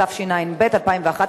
התשע"ב 2011,